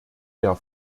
der